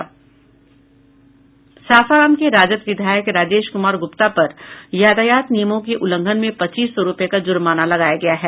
सासाराम के राजद विधायक राजेश कुमार गुप्ता पर यातायात नियमों के उल्लंघन में पच्चीस सौ रूपये का जुर्माना लगाया गया है